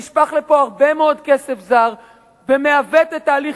נשפך לפה הרבה מאוד כסף זר ומעוות את תהליך